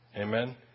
Amen